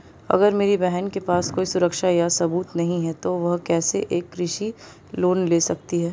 अगर मेरी बहन के पास कोई सुरक्षा या सबूत नहीं है, तो वह कैसे एक कृषि लोन ले सकती है?